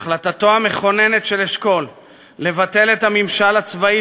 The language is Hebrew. החלטתו המכוננת של אשכול לבטל את הממשל הצבאי